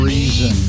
Reason